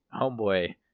homeboy